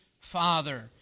Father